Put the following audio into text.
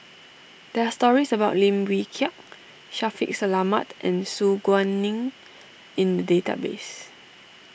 there are stories about Lim Wee Kiak Shaffiq Selamat and Su Guaning in the database